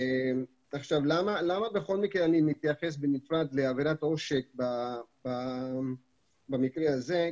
למה בכל מקרה אני מתייחס בנפרד לעבירת עושק במקרה הזה.